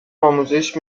آموزش